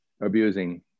abusing